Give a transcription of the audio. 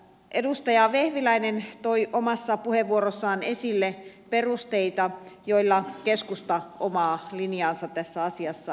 edustaja vehviläinen toi omassa puheenvuorossaan esille perusteita joilla keskusta omaa linjaansa tässä asiassa perustelee